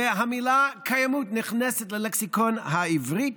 והמילה "קיימות" נכנסת ללקסיקון העברית.